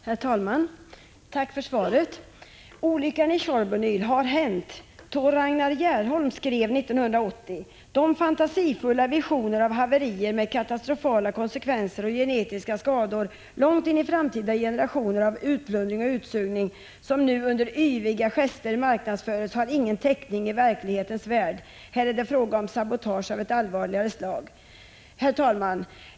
Herr talman! Tack för svaret. En olycka har hänt i Tjernobyl. Tor Ragnar Gerholm skrev 1980: De fantasifulla visioner av haverier med katastrofala konsekvenser och genetiska skador långt in i framtida generationer av utplundring och utsugning, som nu under yviga gester marknadsföres, har ingen täckning i verklighetens värld. Här är det fråga om sabotage av ett allvarligare slag. Herr talman!